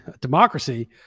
democracy